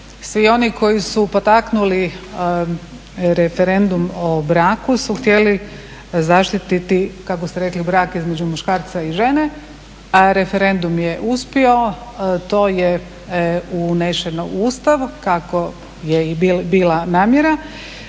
svi oni koji su potaknuli referendum o braku ste htjeli zaštititi kako ste rekli brak između muškarca i žene. Referendum je uspio, to je unešeno u Ustav kako je i bila namjera.